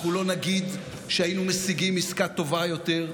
אנחנו לא נגיד שהיינו משיגים עסקה טובה יותר,